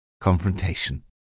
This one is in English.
confrontation